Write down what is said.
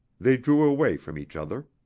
they drew away from each other.